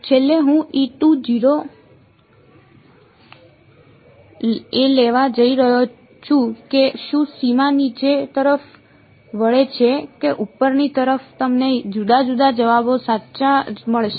છેલ્લે હું એ લેવા જઈ રહ્યો છું કે શું સીમા નીચે તરફ વળે છે કે ઉપરની તરફ તમને જુદા જુદા જવાબો સાચા મળશે